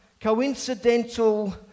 coincidental